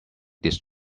this